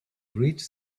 reached